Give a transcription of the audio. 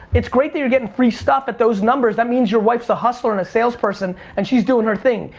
it's great that you're getting free stuff with those numbers. that means your wife's a hustler and a sales person, and she's doing her thing.